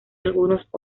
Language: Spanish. algunos